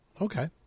Okay